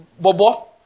Bobo